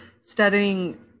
studying